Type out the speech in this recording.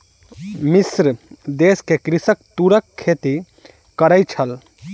मिस्र देश में कृषक तूरक खेती करै छल